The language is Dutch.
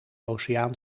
oceaan